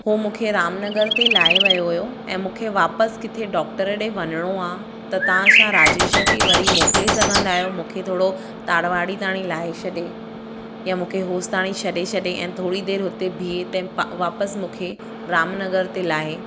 उहो मूंखे राम नगर ते लाहे वियो हुओ ऐं मूंखे वापसि किथे डॉक्टर ॾे वञणो आहे त तव्हां छा राजेश खे वरी मोकिले सघंदा आहियो मूंखे थोरो ताड़वाणी ताणी लाहे छॾे या मूंखे होसि ताणी छॾे छॾे ऐं थोरी देरि हुते बीहे हिते वापसि मूंखे राम नगर ते लाहे